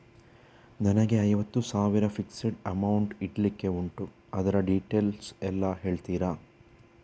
ನನಗೆ ಐವತ್ತು ಸಾವಿರ ಫಿಕ್ಸೆಡ್ ಅಮೌಂಟ್ ಇಡ್ಲಿಕ್ಕೆ ಉಂಟು ಅದ್ರ ಡೀಟೇಲ್ಸ್ ಎಲ್ಲಾ ಹೇಳ್ತೀರಾ?